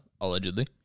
allegedly